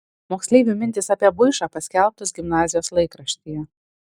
moksleivių mintys apie buišą paskelbtos gimnazijos laikraštyje